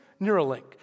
Neuralink